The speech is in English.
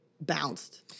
bounced